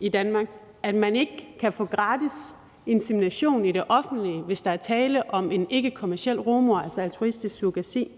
i Danmark, at man ikke kan få gratis insemination i det offentlige, hvis der er tale om en ikkekommerciel rugemor, altså altruistisk surrogati,